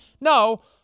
no